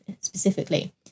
specifically